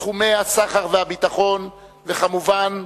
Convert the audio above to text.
בתחומי הסחר והביטחון, וכמובן בתיירות.